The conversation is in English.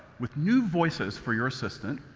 with new voices for your assistant,